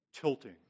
tilting